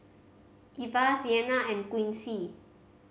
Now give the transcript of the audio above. Ivah Sienna and Quincy